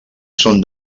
són